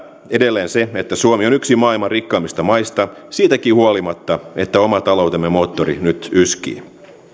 edelleen se että suomi on yksi maailman rikkaimmista maista siitäkin huolimatta että oman taloutemme moottori nyt yskii